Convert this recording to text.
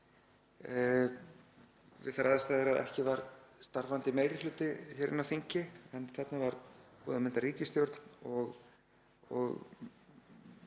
við þær aðstæður að ekki var starfandi meiri hluti hér á þingi, en þarna var búið að mynda ríkisstjórn og